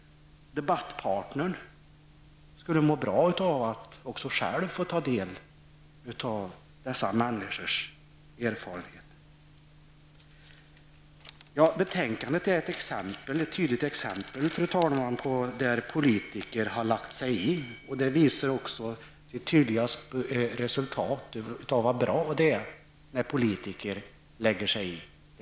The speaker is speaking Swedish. Debattpartnern skulle må bra av att själva ta del av dessa människors erfarenheter. Fru talman! Betänkandet är ett tydligt exempel på att politiker har lagt sig i. Resultatet visar också hur bra det är när politiker lägger sig i.